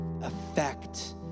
affect